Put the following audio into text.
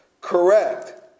Correct